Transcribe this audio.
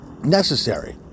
necessary